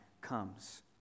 comes